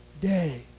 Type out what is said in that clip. day